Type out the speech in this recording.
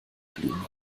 blume